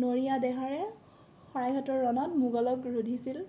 নৰিয়া দেহাৰে শৰাইঘাটৰ ৰণত মোগলক ৰুধিছিল